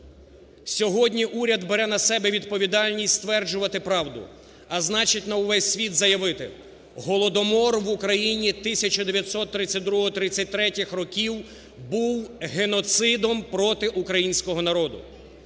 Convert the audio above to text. Сьогодні уряд бере на себе відповідальність стверджувати правду, а значить, на увесь світ заявити, голодомор в Україні 1932-33 років був геноцидом проти українського народу,